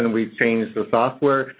and we've changed the software.